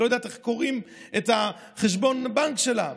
היא לא יודעת איך קוראים את חשבון הבנק שלה.